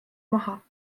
maha